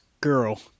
girl